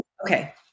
Okay